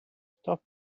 stop